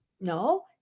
No